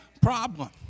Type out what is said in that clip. problem